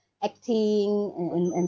acting and and and